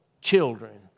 children